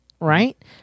right